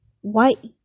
white